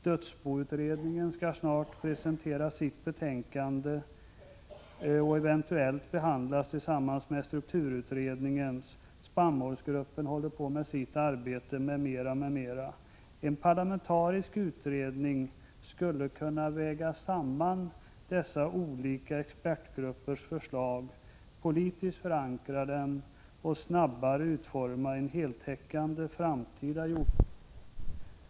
Dödsboutredningen skall snart presentera sitt betänkande som eventuellt skall behandlas tillsammans med strukturutredningens, och spannmålsgruppen håller på med sitt arbete m.m. En parlamentarisk utredning skulle kunna väga samman dessa olika expertgruppers förslag, politiskt förankra dem och snabbare utforma en heltäckande framtida jordbrukspolitik.